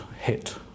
hit